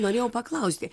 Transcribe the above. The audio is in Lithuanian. norėjau paklausti